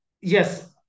yes